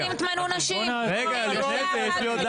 דרכי הבחירה של שופטים מגוונים --- לקידום נשים לתפקידי שפיטה.